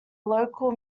local